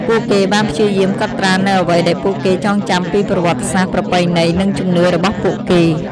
ពួកគេបានព្យាយាមកត់ត្រានូវអ្វីដែលពួកគេចងចាំពីប្រវត្តិសាស្ត្រ ប្រពៃណី និងជំនឿរបស់ពួកគេ។